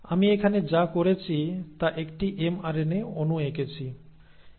আমি এখানে যা করেছি তা একটি এমআরএনএ অণু এঁকেছি